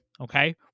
okay